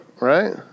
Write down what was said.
right